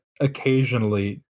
occasionally